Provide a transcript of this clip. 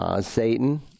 Satan